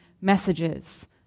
messages